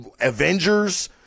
Avengers